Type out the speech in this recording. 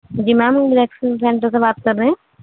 جی ma'am ہم Galaxy centre سے بات کر رہے ہیں